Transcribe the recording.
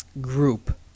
group